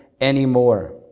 anymore